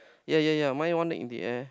yea yea yea mine one in the air